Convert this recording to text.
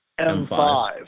M5